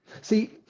see